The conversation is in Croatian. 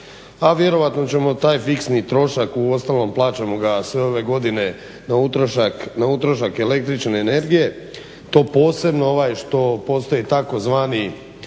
Pa vjerojatno ćemo taj fiksni trošak, uostalom plaćamo ga sve ove godine na utrošak električne energije, to posebno što postoji ovaj